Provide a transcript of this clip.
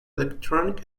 electronic